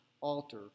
alter